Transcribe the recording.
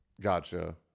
gotcha